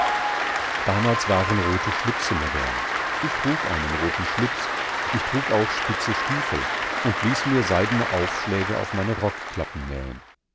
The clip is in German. damals waren rote schlipse modern ich trug einen roten schlips ich trug auch spitze stiefel und ließ mir seidene aufschläge auf meine rockklappen nähen